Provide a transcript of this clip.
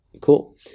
Cool